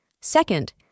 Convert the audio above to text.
Second